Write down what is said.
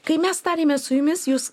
kai mes tarėmės su jumis jūs